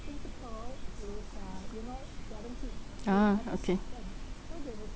ah okay